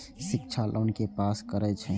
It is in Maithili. शिक्षा लोन के पास करें छै?